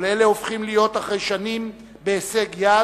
כל אלה הופכים להיות אחרי שנים בהישג יד,